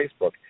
Facebook